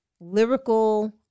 lyrical